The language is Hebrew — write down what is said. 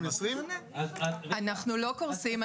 אנחנו לא קורסים,